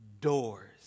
doors